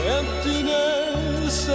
emptiness